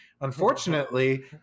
Unfortunately